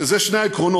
אלה שני העקרונות,